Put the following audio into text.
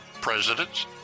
Presidents